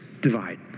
divide